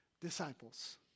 disciples